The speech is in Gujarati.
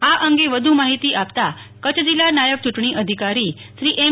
આ અંગે વધુ માહિતી આપતા કચ્છ જિલ્લા નાયબ ચુંટણી અધિકારી શ્રી એમ